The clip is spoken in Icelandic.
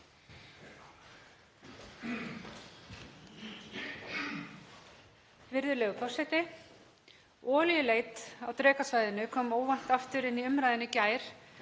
Virðulegur forseti. Olíuleit á Drekasvæðinu kom óvænt aftur inn í umræðuna í gær